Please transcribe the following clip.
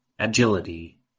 agility